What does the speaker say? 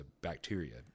bacteria